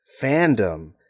fandom